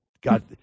God